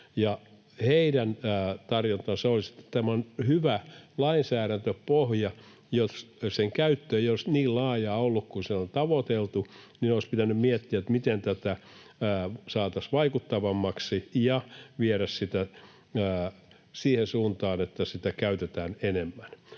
Heidän tarjontansa olisi, että tämä on hyvä lainsäädäntöpohja, jos sen käyttö ei olisi ollut niin laajaa kuin mitä sillä on tavoiteltu. Olisi pitänyt miettiä, miten tätä saataisiin vaikuttavammaksi ja viedä sitä siihen suuntaan, että sitä käytetään enemmän.